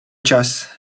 čas